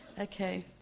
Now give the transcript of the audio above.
Okay